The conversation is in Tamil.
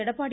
எடப்பாடி